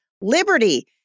liberty